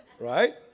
Right